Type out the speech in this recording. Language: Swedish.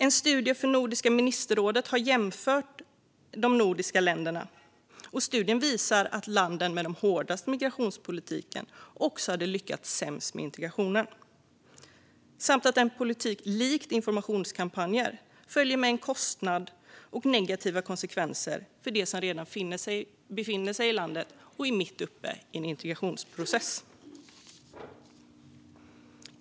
En studie från Nordiska ministerrådet har jämfört de nordiska länderna. Studien visar att länderna med den hårdaste migrationspolitiken också hade lyckats sämst med integrationen samt att det med en sådan politik och liknande informationskampanjer följer en kostnad och negativa konsekvenser för dem som redan befinner sig i landet och är mitt uppe i en integrationsprocess.